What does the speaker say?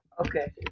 Okay